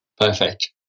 perfect